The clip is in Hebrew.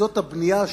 כי זו הבנייה השורשית.